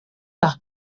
par